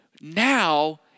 Now